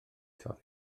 torri